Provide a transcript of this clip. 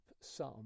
sum